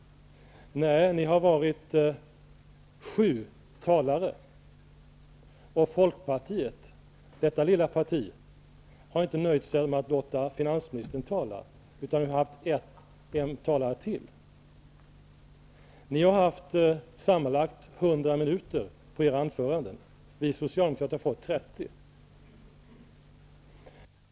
Nej, ni har varit sju talare, och Folkpartiet, detta lilla parti, har inte nöjt sig med att låta finansministern tala, utan har varit representerat av ytterligare en talare. Ni har haft sammanlagt 100 minuter till era anföranden. Vi socialdemokrater har fått 30.